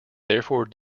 therefore